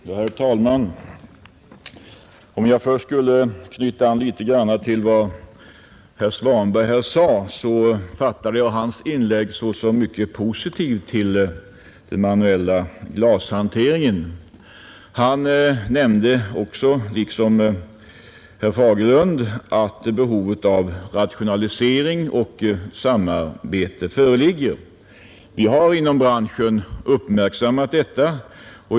Herr talman! Jag skall först knyta an litet till vad herr Svanberg här sade. Jag fattade hans inlägg såsom mycket positivt till den manuella glashanteringen. Han nämnde också liksom herr Fagerlund att ett behov av rationalisering och samarbete föreligger. vi har inom branschen uppmärksammat detta.